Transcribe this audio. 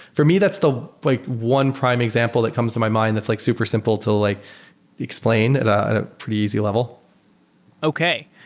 for me that's the like one prime example that comes to my mind that's like super simple to like explain at a pretty easy level okay.